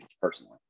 personally